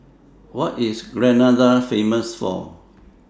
What IS Grenada Famous For